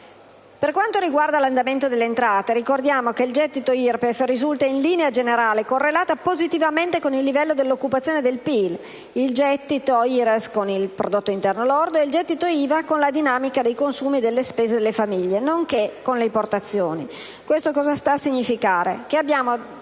Per quanto riguarda l'andamento delle entrate, ricordiamo che il gettito IRPEF risulta in linea generale correlata positivamente con il livello dell'occupazione e del prodotto interno lordo, il gettito IRES con lo stesso PIL e il gettito IVA con la dinamica dei consumi e delle spese delle famiglie, nonché con le importazioni. Questo sta a significare